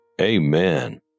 amen